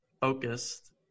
focused